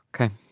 Okay